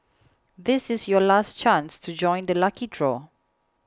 this is your last chance to join the lucky draw